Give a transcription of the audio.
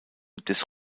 des